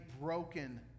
broken